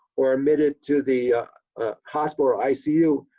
or admitted to the hospital, or icu